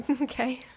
Okay